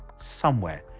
somewhere,